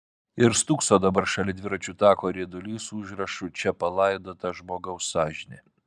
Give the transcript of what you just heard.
ir stūkso dabar šalia dviračių tako riedulys su užrašu čia palaidota žmogaus sąžinė